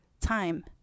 time